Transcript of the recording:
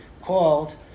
called